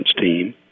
Team